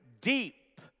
deep